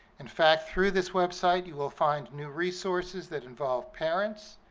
in fact, through this website you will find new resources that involve parents,